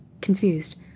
confused